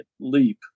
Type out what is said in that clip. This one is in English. leap